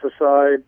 aside